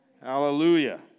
Hallelujah